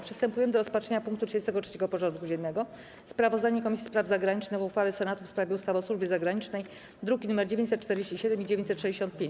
Przystępujemy do rozpatrzenia punktu 33. porządku dziennego: Sprawozdanie Komisji Spraw Zagranicznych o uchwale Senatu w sprawie ustawy o służbie zagranicznej (druki nr 947 i 965)